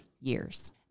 years